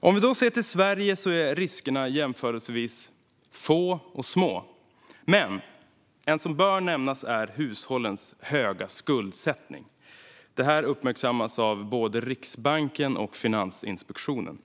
Om vi ser till Sverige är riskerna här jämförelsevis få och små, men en risk som bör nämnas är hushållens höga skuldsättning. Det här uppmärksammas av både Riksbanken och Finansinspektionen.